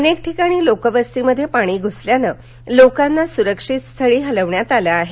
अनेक ठिकाणी लोकवस्तीमध्ये पाणी घूसल्यानं लोकांना सुरक्षित स्थळी हलवण्यात आलं आहे